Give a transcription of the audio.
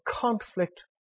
conflict